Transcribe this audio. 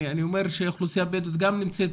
אני אומר שהאוכלוסייה הבדואית גם נמצאת